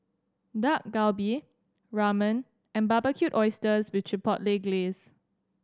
Dak Galbi Ramen and Barbecued Oysters with Chipotle Glaze